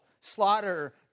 slaughter